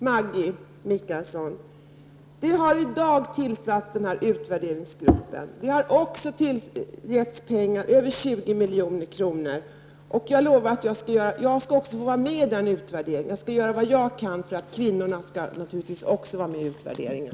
Maggi Mikaelsson, den här utvärderingsgruppen har tillsatts i dag, och över 20 milj.kr. har tilldelats. Jag skall få vara med i det arbetet, och jag lovar att jag skall göra vad jag kan för att kvinnorna skall få vara med i utvärderingen.